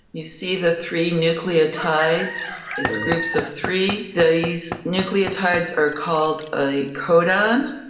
you see the three nucleotides. it's groups of three. these nucleotides are called a codon.